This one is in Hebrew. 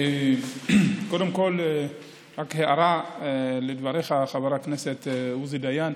קודם כול, רק הערה לדבריך, חבר הכנסת עוזי דיין.